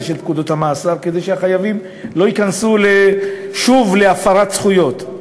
פקודת המאסר כדי שהחייבים לא ייכנסו שוב להפרת זכויות.